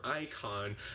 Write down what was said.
icon